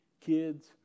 kids